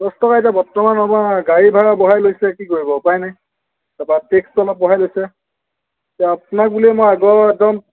দহ টকা এতিয়া বৰ্তমান হ'ব গাড়ী ভাড়া বঢ়াই লৈছে কি কৰিব উপায় নাই তাৰপৰা ফ্ৰিকচনত বঢ়াই লৈছে এতিয়া আপোনাক বুলিয়ে মই আগৰ একদম